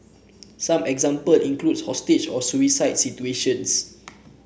some example include hostage or suicide situations